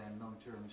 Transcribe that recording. long-term